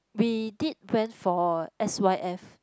we did went for s_y_f